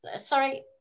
Sorry